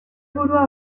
burua